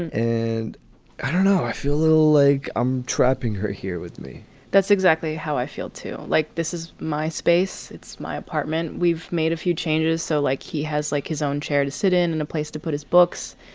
and and i don't know, i feel like i'm trapping her here with me that's exactly how i feel, too. like this is my space. it's my apartment. we've made a few changes. so, like, he has like his own chair to sit in and a place to put his books.